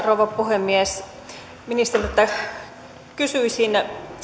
rouva puhemies ministeriltä kysyisin